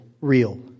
real